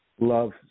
Love